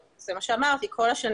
אבל אנחנו נקיים את הוראות החוק בדבר